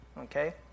okay